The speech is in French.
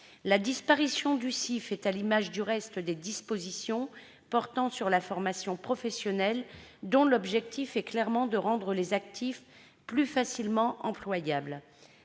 La disparition du CIF est à l'image des autres dispositions portant sur la formation professionnelle : le but est clairement de rendre les actifs plus facilement employables.